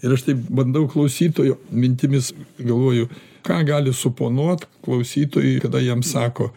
ir aš taip bandau klausytojo mintimis galvoju ką gali suponuot klausytojui kada jiem sako